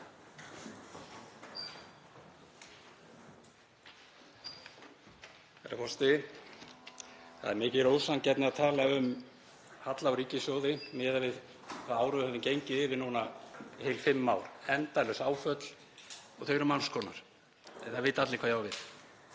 Það er mikil ósanngirni að tala um halla á ríkissjóði miðað við hvað hefur gengið yfir í heil fimm ár, endalaus áföll og þau eru margs konar. Það vita allir hvað ég á við.